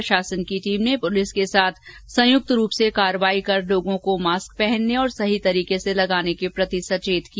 प्रशासन की टीम ने पुलिस के साथ संयुक्त रूप से कार्रवाई कर लोगों को मास्क पहनने और सही तरीके से लगाने के प्रति सर्चेत किया